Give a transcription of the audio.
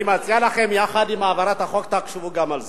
אני מציע לכם שיחד עם העברת החוק, תחשבו גם על זה.